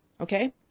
Okay